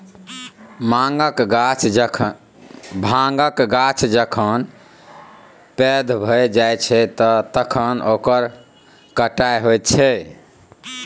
भाँगक गाछ जखन पैघ भए जाइत छै तखन ओकर कटाई होइत छै